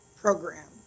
program